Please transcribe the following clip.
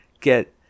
get